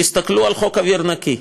תסתכלו על חוק אוויר נקי,